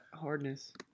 hardness